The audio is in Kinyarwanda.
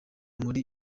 muri